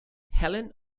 hellen